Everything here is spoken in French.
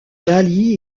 daly